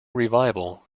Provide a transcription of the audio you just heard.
revival